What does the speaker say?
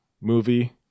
movie